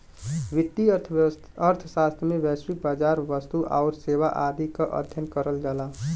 वित्तीय अर्थशास्त्र में वैश्विक बाजार, वस्तु आउर सेवा आदि क अध्ययन करल जाला